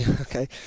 okay